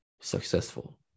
successful